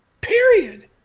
Period